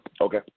Okay